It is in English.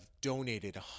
donated